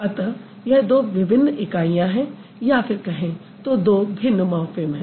अतः यह दो भिन्न इकाइयां हैं या फिर कहें तो दो भिन्न मॉर्फ़िम हैं